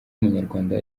umunyarwanda